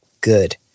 good